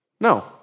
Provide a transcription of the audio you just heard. No